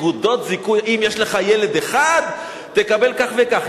אם יש לך ילד אחד תקבל כך וכך,